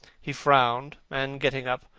he frowned, and getting up,